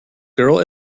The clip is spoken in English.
girl